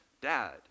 Dad